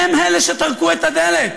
הם אלה שטרקו את הדלת.